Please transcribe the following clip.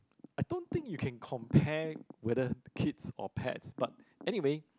I don't think you can compare whether kids or pets but anyway